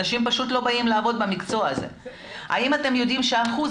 אנשים פשוט לא באים לעבוד במקצוע הזה האם אתם יודעים שאחוז